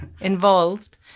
involved